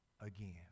again